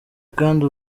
kandi